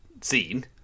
scene